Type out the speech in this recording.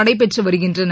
நடைபெற்று வருகின்றன